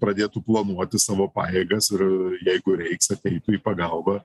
pradėtų planuoti savo pajėgas ir jeigu reiks ateitų į pagalbą